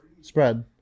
Spread